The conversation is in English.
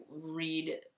read